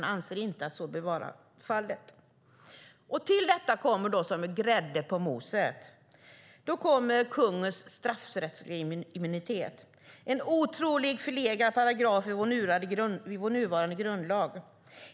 De anser inte att så bör vara fallet. Till detta kommer, som grädde på moset, kungens straffrättsliga immunitet. Det är en otroligt förlegad paragraf i vår nuvarande grundlag.